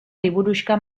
liburuxka